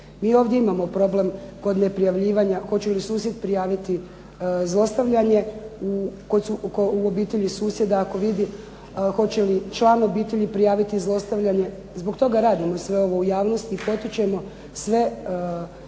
Mi ovdje imamo problem kod neprijavljivanja, hoće li susjed prijaviti zlostavljanje u obitelji susjeda ako vidi, hoće li član obitelji prijaviti zlostavljanje. Zbog toga sve radimo sve ovo u javnosti i potičemo sve